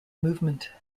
movement